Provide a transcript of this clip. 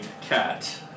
cat